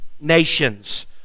nations